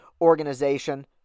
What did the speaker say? organization